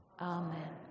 Amen